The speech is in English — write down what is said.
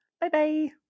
Bye-bye